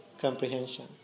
comprehension